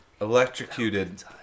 Electrocuted